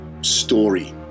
story